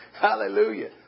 Hallelujah